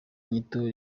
inyito